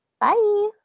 Bye